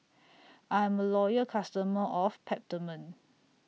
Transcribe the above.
I'm A Loyal customer of Peptamen